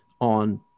on